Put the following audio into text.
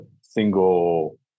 single